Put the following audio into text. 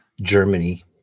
Germany